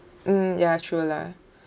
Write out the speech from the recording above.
mm ya true lah